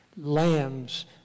lambs